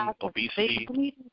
obesity